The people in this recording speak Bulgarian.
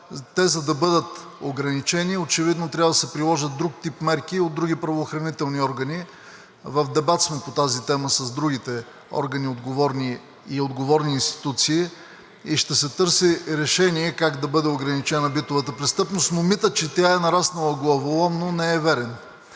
те, за да бъдат ограничени, очевидно трябва да се приложи друг тип мерки от други правоохранителни органи. В дебат сме по тази тема с другите органи и отговорни институции и ще се търси решение как да бъде ограничавана битовата престъпност. Но митът, че тя е нараснала главоломно, не е верен.